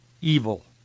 evil